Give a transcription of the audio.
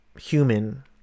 human